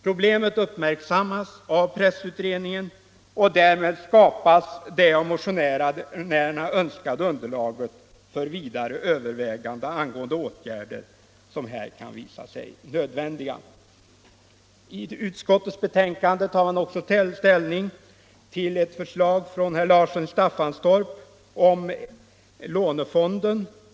Problemet uppmärksammas av pressutredningen, som därmed skapar det av motionärerna önskade underlaget för vidare överväganden om åtgärder som kan visa sig nödvändiga. I utskottets betänkande tar man också ställning till ett förslag från herr Larsson i Staffanstorp om lånefonden.